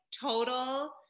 total